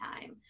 time